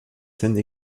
scènes